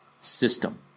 system